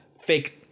fake